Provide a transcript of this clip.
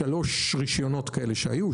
לשלושה רישיונות כאלה שהיו,